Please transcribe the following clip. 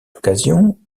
occasion